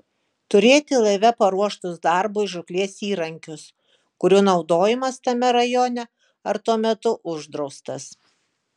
turėti laive paruoštus darbui žūklės įrankius kurių naudojimas tame rajone ar tuo metu uždraustas